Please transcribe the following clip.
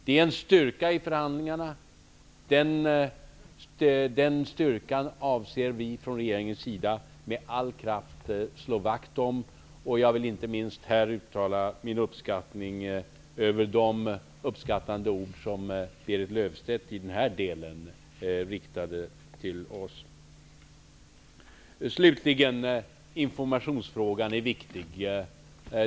Det är en styrka i förhandlingarna, och den styrkan avser vi från regeringens sida att med all kraft slå vakt om. Jag vill här inte minst uttala min erkänsla för de uppskattande ord som Berit Löfstedt i den här delen riktade till oss. För det fjärde: Informationsfrågan slutligen är viktig.